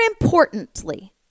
importantly